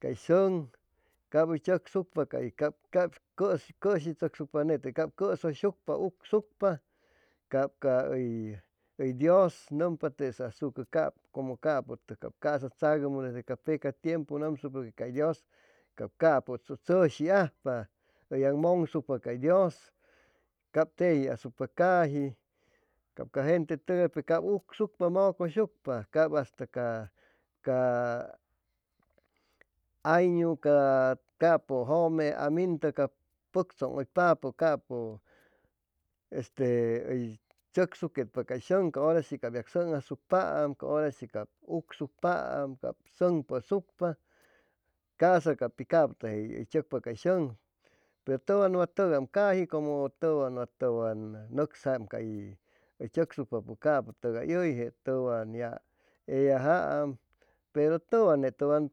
Cay sʉŋ cap hʉy tzʉcsucpa cay cʉshi tzʉcsucpa nete cap cʉshʉysucpa cap ugʉysucpa cap ca hʉy hʉy dios nʉmpa tesaasucʉ cap como capʉtʉg caa'sa tzagʉmʉ desde ca peca tiempu nʉmsucʉ que cay dios cap capʉ tzʉshi ajpa hʉy yac mʉŋsucpa cay dios cap tejiasucpa caji cap ca gente tʉgay pe cap ucsʉyshucpa, mʉcʉyshucpa cap hasta ca ca añu ca capʉ jʉme amintʉ pʉctzʉŋʉypapʉ cappʉ este hʉy tzʉcsuquetpa cay sʉŋ ca hora shi cap ya sʉŋ asucpaam ca hora shi cap ucscpaam cap sʉŋ pʉsucpa ca'sa ca pit capʉtʉgais hʉy tzʉcpa cay sʉŋ pe tʉwan wa tʉgam caji como tʉwan wa tʉwan nʉcsam cay tzʉcsucpapʉ capʉtʉga hʉyje tʉwan ya eyajaam pero tʉwan ne tʉn